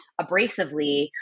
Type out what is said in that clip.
abrasively